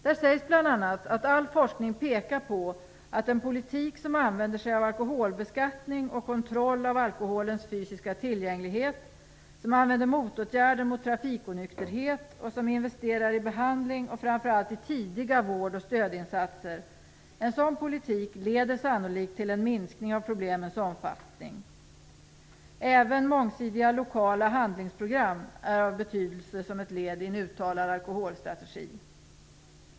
Där sägs bl.a. att all forskning pekar på att en politik som använder sig av alkoholbeskattning och kontroll av alkoholens fysiska tillgänglighet, som använder motåtgärder mot trafikonykterhet och som investerar i behandling och framför allt i tidiga vård och stödinsatser sannolikt leder till en minskning av problemens omfattning. Även mångsidiga lokala handlingsprogram är av betydelse som ett led i en uttalad alkoholstrategi.